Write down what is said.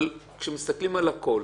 אבל כשמתסכלים על הכול,